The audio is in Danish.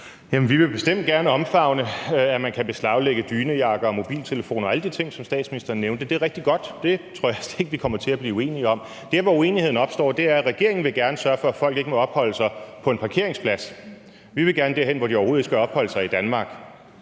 vil bestemt gerne omfavne, at man kan beslaglægge dynejakker og mobiltelefoner og alle de ting, som statsministeren nævnte. Det er rigtig godt – det tror jeg vist ikke vi kommer til at blive uenige om. Der, hvor uenigheden opstår, er, at regeringen gerne vil sørge for, at folk ikke må opholde sig på en parkeringsplads, mens vi gerne vil derhen, hvor de overhovedet ikke skal opholde sig i Danmark.